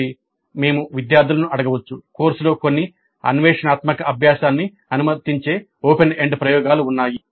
కాబట్టి మేము విద్యార్థులను అడగవచ్చు కోర్సులో కొన్ని అన్వేషణాత్మక అభ్యాసాన్ని అనుమతించే ఓపెన్ ఎండ్ ప్రయోగాలు ఉన్నాయి